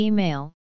Email